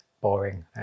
boring